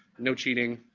no cheating,